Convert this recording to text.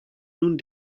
nun